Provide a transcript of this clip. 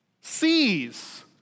Sees